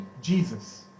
Jesus